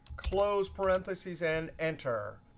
close parentheses, and enter.